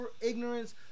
ignorance